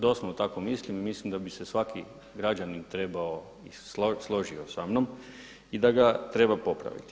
Doslovno tako mislim i mislim da bi se svaki građanin i složio sa mnom i da ga treba popraviti.